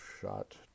shot